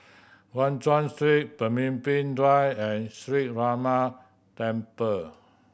Guan Chuan Street Pemimpin Drive and Sree Ramar Temple